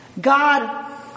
God